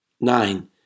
Nine